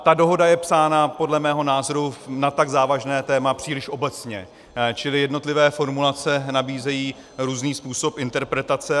Ta dohoda je psána podle mého názoru na tak závažné téma příliš obecně, čili jednotlivé formulace nabízejí různý způsob interpretace.